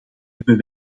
hebben